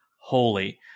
holy